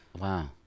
Wow